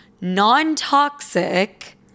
non-toxic